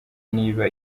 niba